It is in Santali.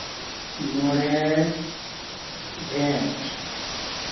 ᱢᱚᱬᱮ ᱡᱷᱮᱸᱴ